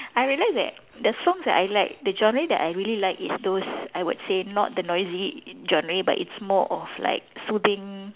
I realise that the songs that I like the genre that I really like is those I would say not the noisy genre but it's more of like soothing